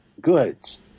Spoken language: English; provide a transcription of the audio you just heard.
goods